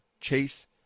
chase